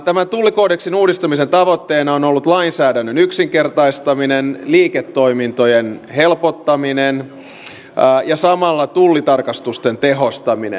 tämän tullikoodeksin uudistamisen tavoitteena on ollut lainsäädännön yksinkertaistaminen liiketoimintojen helpottaminen ja samalla tullitarkastusten tehostaminen